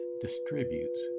distributes